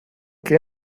que